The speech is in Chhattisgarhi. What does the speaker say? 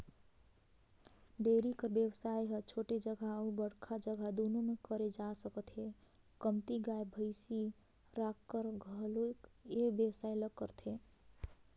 डेयरी कर बेवसाय ह छोटे जघा अउ बड़का जघा दूनो म करे जा सकत हे, कमती गाय, भइसी राखकर घलोक ए बेवसाय ल करथे